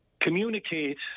Communicate